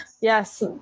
Yes